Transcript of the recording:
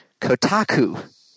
Kotaku